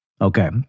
Okay